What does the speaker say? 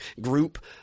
group